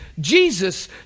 Jesus